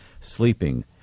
Sleeping